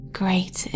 great